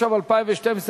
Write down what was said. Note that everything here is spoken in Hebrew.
התשע"ב 2012,